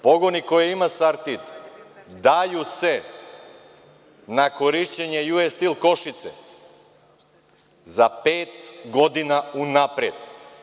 Pogoni koje ima „Sartid“ daju se na korišćenje U.S. Steel Košice za pet godina unapred.